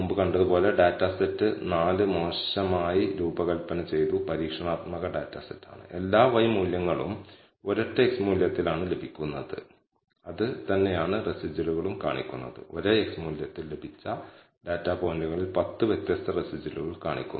അതിനാൽ null hypothesis ഒരു മോഡലിന്റെ t യെ പ്രതിനിധീകരിക്കുന്നു അതിൽ സ്ഥിരാങ്കം മാത്രം ഉൾപ്പെടുന്നു അതേസമയം ഹൈപോതെസിസ്ന്റെ നിരസിക്കൽ അല്ലെങ്കിൽ ആൾട്ടർനേറ്റീവ് ഹൈപോതെസിസ് സൂചിപ്പിക്കുന്നത് y x യുമായി ബന്ധപ്പെട്ട ഒരു രേഖീയ മാതൃക ഉണ്ടെന്ന് നമ്മൾ വിശ്വസിക്കുന്നു എന്നാണ്